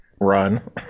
Run